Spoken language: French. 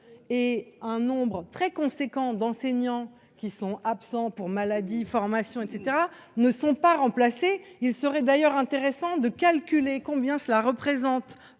et un nombre très conséquent d'enseignants qui sont absents pour maladie, formation etc. Ne sont pas remplacés, il serait d'ailleurs intéressant de calculer combien cela représente